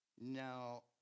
Now